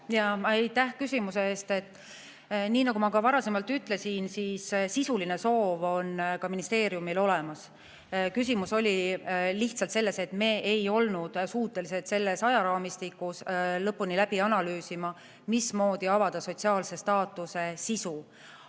... Aitäh küsimuse eest! Nii nagu ma varasemalt ütlesin, sisuline soov on ka ministeeriumil olemas. Küsimus oli lihtsalt selles, et me ei olnud suutelised selles ajaraamistikus lõpuni läbi analüüsima, mismoodi avada sotsiaalse staatuse sisu.